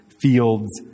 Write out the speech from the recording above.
fields